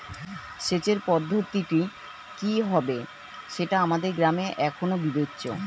সেচের পদ্ধতিটি কি হবে সেটা আমাদের গ্রামে এখনো বিবেচ্য